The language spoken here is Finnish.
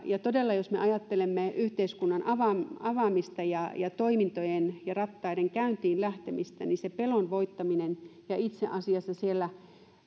ja todella jos me ajattelemme yhteiskunnan avaamista avaamista ja toimintojen ja rattaiden käyntiin lähtemistä niin se pelon voittaminen ja itse asiassa siellä niin kuin